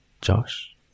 Josh